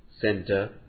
Center